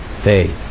faith